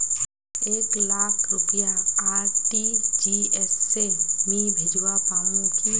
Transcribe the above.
एक लाख रुपया आर.टी.जी.एस से मी भेजवा पामु की